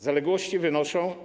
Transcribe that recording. Zaległości wynoszą.